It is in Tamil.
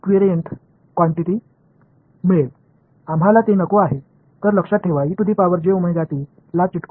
எனவே அதில் நிலைத்திருப்பதை நினைவில் வைத்துக் கொள்ளுங்கள் அது முழு நேரத்தையும் சார்ந்து இருக்கும்